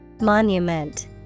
Monument